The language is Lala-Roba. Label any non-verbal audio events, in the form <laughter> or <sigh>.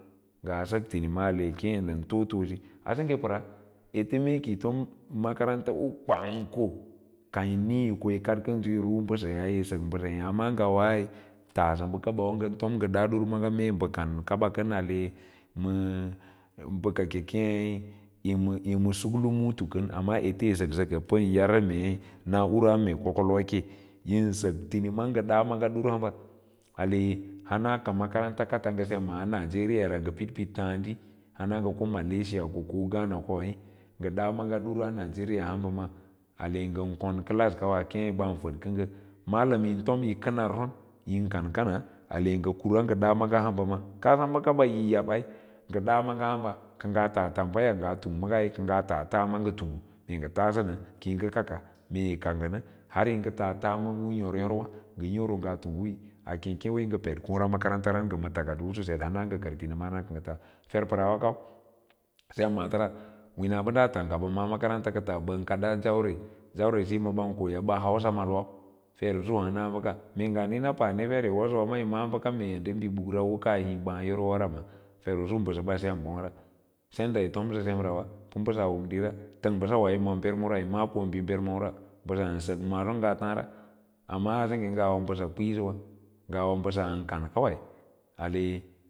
Nga sak tinima kei too too si wa sengge paras ete mee kiiyi tom makaranta kwang ka ko kayin nii yi ko yikad kand umbassayaa yi kad wa amman ngar wai tassa bakaba nga tom nga dor dar maaga mee ba kan kaba kana ake ma <noise> bakae keer yima sklumuun kan amma ete yisaksaka pan yarsa mee na’ra mai kokal wa ke yiisa k tinama nga da maaga dirwa hamba hans makarantas kats nga semas nigeria ra ka nga pid id taadi hana ko maleiya ko giana da maaga dur nigeria haba on a ate ngan kon classkawu kee ba fadka orga mala myin to kanar apayim kankana a le kuwa bga dama ahumba kaga akaba yi yaba nga da maage hamba ka ngaa taa tambaya nga tang maage ka ngaa taa taa maaa tuur mee kakkan ki ya taa taaa kar nga amsa maage haryi nga tas taama yor yor ma ngaa ped koora mkaranta ra nga paden nga ma takardu ko nga kar tininn ra wina bada tang ka ba ala makaranta ra ban kadaa faure tire siyi ban oy aba hausa mad wau fer usu wa ka mee ngaa niina hana paane yi one hundred sawa ka yi ma’a baka mee nda bi bukrau u kaa hii ba yoro wara far usus bakaba sem ra was aida yi tomsa semira wa paa woma diira tang basawa yusemma bermora yi m’a kon bir bermora paransak maaglo maa taara amma a sengge ngawa mbasau kwiikwii mbad kwiin ngawa an kan kawai ale